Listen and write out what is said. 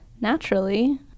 naturally